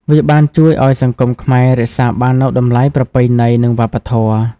វាបានជួយឲ្យសង្គមខ្មែរ រក្សាបាននូវតម្លៃប្រពៃណី និងវប្បធម៌។